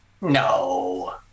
No